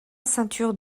ceinture